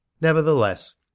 nevertheless